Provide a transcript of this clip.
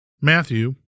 Matthew